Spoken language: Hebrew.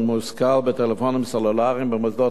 בטלפונים סלולריים במוסדות חינוך.